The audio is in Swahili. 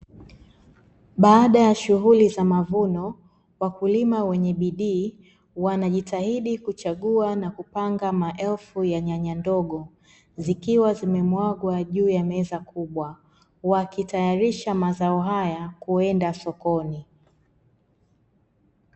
Baada ya shughuli za mavuno, wakulima wenye bidii wanajitahidi kuchagua na kupanga maelfu ya nyanya ndogo, zikiwa zimemwagwa juu ya meza kubwa. Wakitayarisha mazao hayakwenda sokoni.